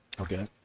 Okay